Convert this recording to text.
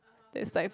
that's like